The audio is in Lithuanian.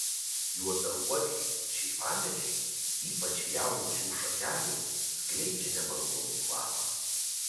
juodauogiai šeivamedžiai ypač jaunos jų šakelės skleidžia nemalonų kvapą